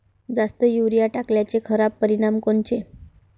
जास्त युरीया टाकल्याचे खराब परिनाम कोनचे?